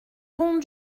pont